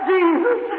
Jesus